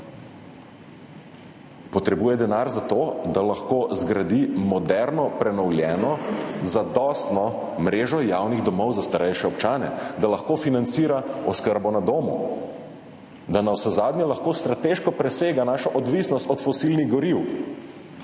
potrebuje za to, da lahko zgradi moderno, prenovljeno, zadostno mrežo javnih domov za starejše občane, da lahko financira oskrbo na domu. Da lahko, navsezadnje, presega našo odvisnost od fosilnih goriv,